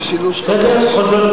זה שילוש קדוש.